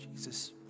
Jesus